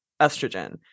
estrogen